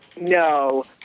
no